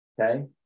okay